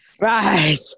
right